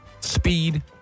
Speed